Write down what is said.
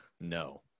No